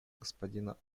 господина